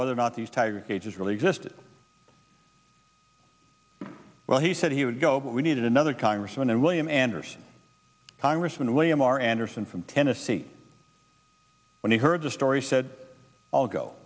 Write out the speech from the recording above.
whether or not these tiger cages really existed well he said he would go but we needed another congressman and william anderson congressman william r anderson from tennessee when he heard the story said i'll go